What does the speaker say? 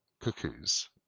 cuckoos